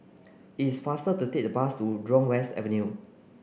it's faster to take the bus to Jurong West Avenue